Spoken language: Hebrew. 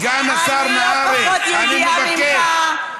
אני לא פחות יהודייה ממך.